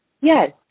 Yes